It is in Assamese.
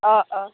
অঁ অঁ